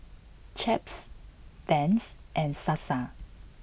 Chaps Vans and Sasa